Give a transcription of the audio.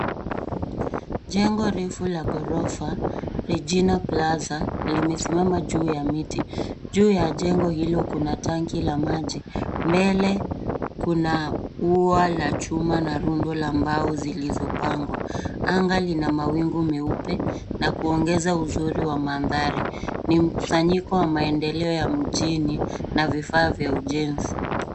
Jengo refu la ghorofa, Regina plaza, limesimama juu ya miti. Juu ya jengo hilo kuna tanki la maji. Mbele kuna ua la chuma na rundo la mbao zilizopangwa. Anga lina mawingu meupe na kuongeza uzuri wa mandhari. Ni mkusanyiko wa maendeleo ya mjini na vifaa vya ujenzi.